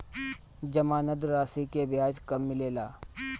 जमानद राशी के ब्याज कब मिले ला?